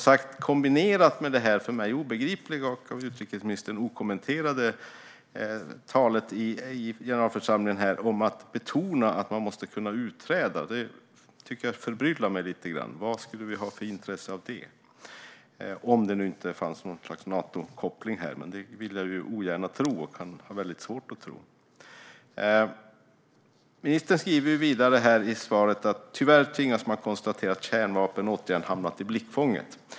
Detta kombineras som sagt med det för mig obegripliga och av utrikesministern okommenterade talet i generalförsamlingen om att betona att man måste kunna utträda. Det förbryllar mig lite grann. Vad skulle vi ha för intresse av det, om det nu inte fanns något slags Natokoppling här? Det senare vill jag ogärna tro och har väldigt svårt att tro. Ministern säger vidare i interpellationssvaret: "Tyvärr tvingas man konstatera att kärnvapen återigen hamnat i blickfånget."